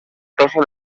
tossa